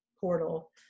portal